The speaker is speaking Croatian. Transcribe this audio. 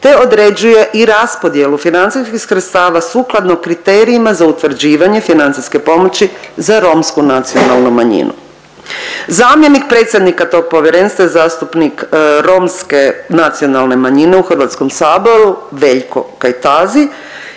te određuje i raspodjelu financijskih sredstava sukladno kriterijima za utvrđivanje financijske pomoći za romsku nacionalnu manjinu. Zamjenik predsjednika tog povjerenstva zastupnik romske nacionalne manjine u Hrvatskom saboru Veljko Kajtazi,